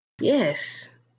Yes